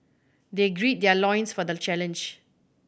they grid their loins for the challenge